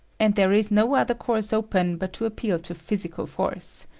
and there is no other course open but to appeal to physical force.